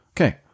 Okay